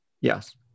Yes